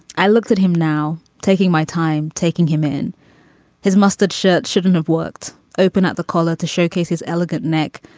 i looked at him now taking my time taking him in his mustard shirt shouldn't have worked open at the collar to showcase his elegant neck.